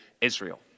Israel